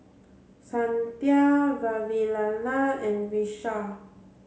Santha Vavilala and Vishal